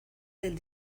del